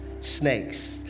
snakes